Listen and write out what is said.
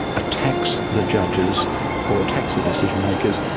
attacks the judges or attacks the decision-makers,